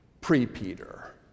pre-Peter